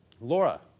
Laura